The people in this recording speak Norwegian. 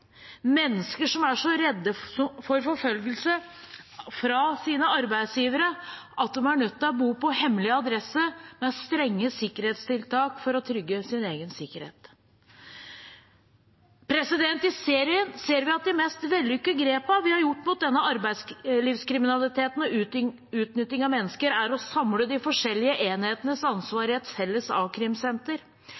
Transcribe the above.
mennesker som er så redde for forfølgelse fra sine arbeidsgivere at de er nødt til å bo på hemmelig adresse med strenge sikkerhetstiltak for å trygge sin egen sikkerhet. I serien ser vi at de mest vellykkede grepene vi har gjort mot denne arbeidslivskriminaliteten og utnyttingen av mennesker, er å samle de forskjellige enhetenes ansvar